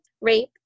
rape